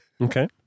Okay